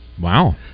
Wow